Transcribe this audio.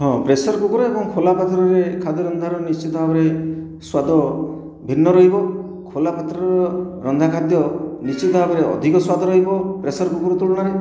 ହଁ pressure cooker ଏବଂ ଖୋଲା ପାତ୍ରରେ ଖାଦ୍ୟ ରନ୍ଧାର ନିଶ୍ଚିତ ଭାବରେ ସ୍ୱାଦ ଭିନ୍ନ ରହିବ ଖୋଲା ପାତ୍ର ରନ୍ଧା ଖାଦ୍ୟ ନିଶ୍ଚିତ ଭାବରେ ଅଧିକ ସ୍ୱାଦ ରହିବ ପ୍ରେସର୍ କୁକର୍ ତୁଳନାରେ